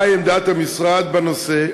מה היא עמדת המשרד בנושא?